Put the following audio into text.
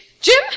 Jim